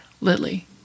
Lily